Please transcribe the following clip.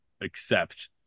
accept